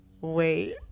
Wait